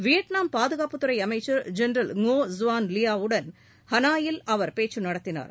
Vietnam பாதுகாப்புத்துறை அமைச்சர் general Ngo Xuan Lich வுடன் ஹனாயில் அவர் பேச்சு நடத்தினார்